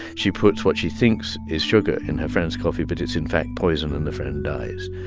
she puts what she thinks is sugar in her friend's coffee but it's in fact poison, and the friend dies.